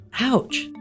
Ouch